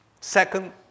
second